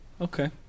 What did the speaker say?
Okay